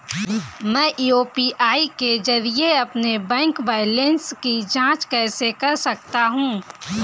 मैं यू.पी.आई के जरिए अपने बैंक बैलेंस की जाँच कैसे कर सकता हूँ?